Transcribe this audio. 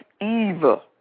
evil